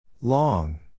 Long